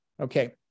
Okay